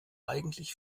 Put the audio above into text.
eigentlich